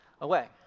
away